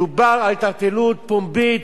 מדובר על התערטלות פומבית,